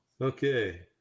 Okay